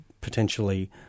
potentially